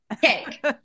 Cake